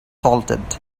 salted